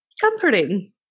Comforting